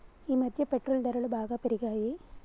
ఈమధ్య పెట్రోల్ ధరలు బాగా పెరిగాయి